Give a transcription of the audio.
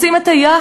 רוצים את היחד,